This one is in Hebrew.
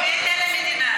מתה על המדינה.